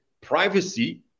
privacy